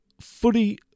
footy